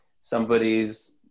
Somebody's